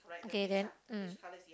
okay then mm